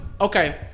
Okay